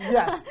Yes